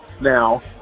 now